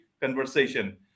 conversation